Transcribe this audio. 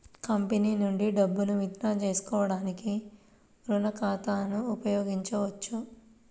company నుండి డబ్బును withdraw చేసుకోవడానికి రుణ ఖాతాను ఉపయోగించొచ్చు